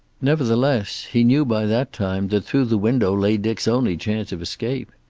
nevertheless he knew by that time that through the window lay dick's only chance of escape.